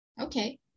Okay